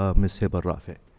ah ms. heba el-rafey.